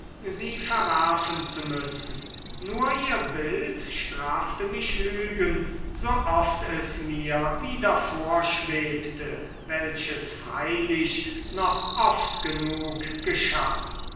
sie verwerfen zu müssen nur ihr bild strafte mich lügen so oft es mir wieder vorschwebte welches freilich noch oft genug geschah